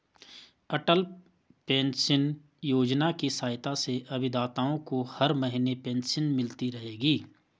अटल pension Yojana की सहायता से अभिदाताओं को हर महीने पेंशन मिलती रहेगी